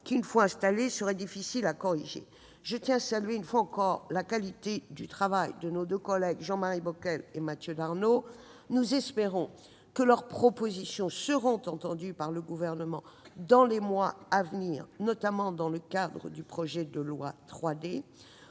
qui, une fois installés, seraient difficiles à corriger. » Je tiens à saluer, une fois encore, la qualité du travail de nos deux collègues, Jean-Marie Bockel et Mathieu Darnaud. Nous espérons que leurs propositions seront entendues par le Gouvernement dans les mois à venir, notamment dans le cadre du projet de loi 3D.